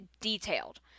detailed